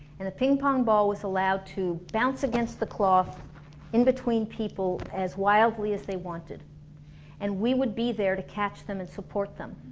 and the ping pong ball was allowed to bounce against the cloth in between people as wildly as they wanted and we would be there to catch them and support them